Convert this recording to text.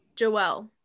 Joelle